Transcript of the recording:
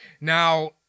Now